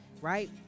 right